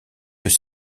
peut